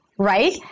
Right